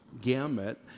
gamut